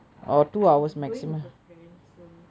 I I'm going with a friend so